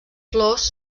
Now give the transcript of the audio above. flors